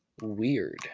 weird